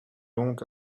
donc